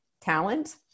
talent